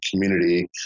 community